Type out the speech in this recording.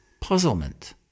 puzzlement